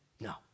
No